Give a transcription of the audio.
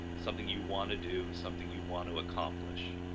something you want to do, something you want to accomplish,